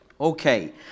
Okay